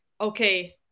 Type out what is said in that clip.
okay